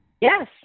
Yes